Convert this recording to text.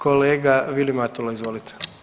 Kolega Vilim Matula, izvolite.